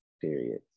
period